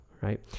right